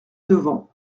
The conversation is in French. devant